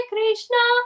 Krishna